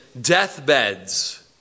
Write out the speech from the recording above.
deathbeds